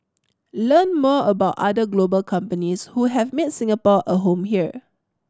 learn more about other global companies who have made Singapore a home here